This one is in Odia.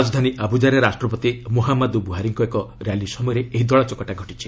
ରାଜଧାନୀ ଆବ୍ରଜାରେ ରାଷ୍ଟପତି ମୁହାମାଦୁ ବୃହାରିଙ୍କ ଏକ ର୍ୟାଲି ସମୟରେ ଏହି ଦଳା ଚକଟା ଘଟିଛି